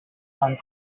sun